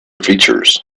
features